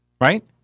Right